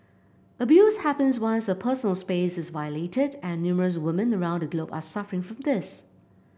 abuse happens once a personal space is violated and numerous women around the globe are suffering from this